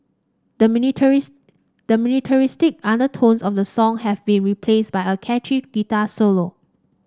the militaris the militaristic undertones of the song have been replaced by a catchy guitar solo